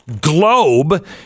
globe